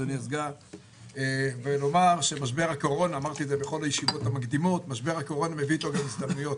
ולומר שמשבר הקורונה הביא איתו הזדמנויות.